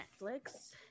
Netflix